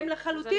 והם לחלוטין,